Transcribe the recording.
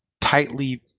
tightly